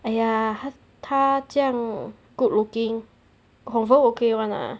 !aiya! 她她这样 good looking confirm okay [one] ah